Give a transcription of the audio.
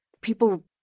people